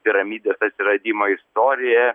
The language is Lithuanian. piramidės atsiradimo istoriją